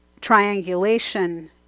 triangulation